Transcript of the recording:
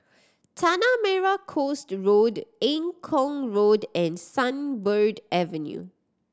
Tanah Merah Coast Road Eng Kong Road and Sunbird Avenue